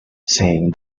seeing